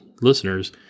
listeners